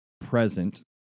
present